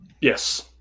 yes